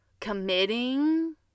committing